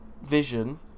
vision